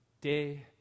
Day